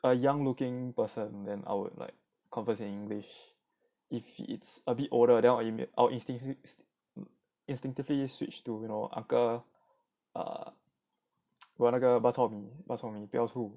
a young looking person then I would like converse in english if it's a bit older then I will instinct~ instinctively switched to you know uncle 我要那个 bak chor mee bak chor mee 不要醋